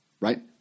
Right